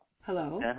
Hello